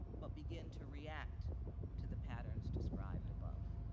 but begin to react to the patterns described above.